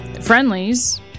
Friendlies